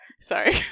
Sorry